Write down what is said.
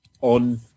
on